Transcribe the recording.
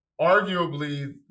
arguably